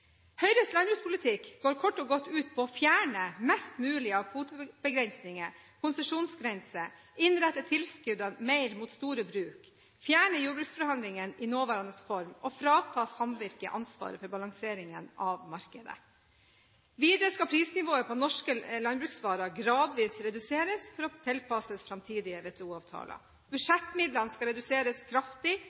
Høyres landbrukspolitikk går kort og godt ut på å fjerne mest mulig av kvotebegrensninger, konsesjonsgrenser, innrette tilskuddene mer mot store bruk, fjerne jordbruksforhandlingene i sin nåværende form og frata samvirket ansvaret for balanseringen av markedet. Videre skal prisnivået på norske landbruksvarer gradvis reduseres for å tilpasses framtidige WTO-avtaler. Budsjettmidlene skal reduseres kraftig,